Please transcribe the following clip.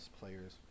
players